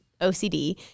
OCD